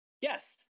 Yes